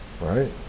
Right